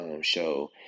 show